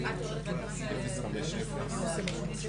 התייחס לזה שמבחינתנו מאוד חשוב,